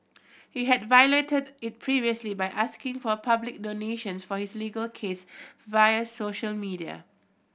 he had violated it previously by asking for public donations for his legal case via social media